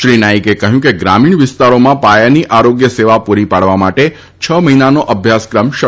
શ્રી નાઇકે કહ્યું કે ગ્રામીણ વિસ્તારોમાં પાયાની આરોગ્ય સેવા પુરી પાડવા માટે છ મહિનાનો અભ્યાસક્રમ શરૂ કરાયો છે